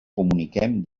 comuniquem